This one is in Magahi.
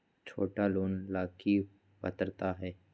छोटा लोन ला की पात्रता है?